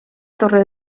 torre